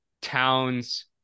Towns